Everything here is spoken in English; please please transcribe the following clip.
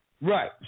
Right